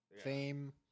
fame